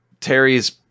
Terry's